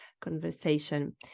conversation